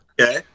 Okay